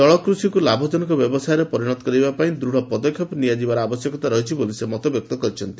ଜଳ କୃଷିକୁ ଲାଭଜନକ ବ୍ୟବସାୟରେ ପରିଶତ କରିବାପାଇଁ ଦୃଢ଼ ପଦକ୍ଷେପ ନିଆଯିବାର ଆବଶ୍ୟକତା ରହିଛି ବୋଲି ସେ ମତବ୍ୟକ୍ତ କରିଛନ୍ତି